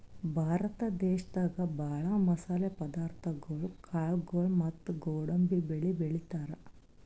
ಭಾರತ ದೇಶದಾಗ ಭಾಳ್ ಮಸಾಲೆ ಪದಾರ್ಥಗೊಳು ಕಾಳ್ಗೋಳು ಮತ್ತ್ ಗೋಡಂಬಿ ಬೆಳಿ ಬೆಳಿತಾರ್